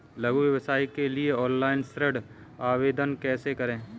लघु व्यवसाय के लिए ऑनलाइन ऋण आवेदन कैसे करें?